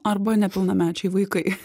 arba nepilnamečiai vaikai